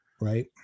Right